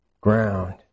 ground